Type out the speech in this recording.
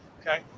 Okay